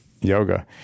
yoga